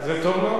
זה טוב.